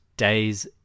days